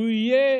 יהיה